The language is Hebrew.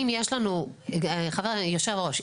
היושב-ראש,